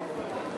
(קוראת בשמות חברי הכנסת)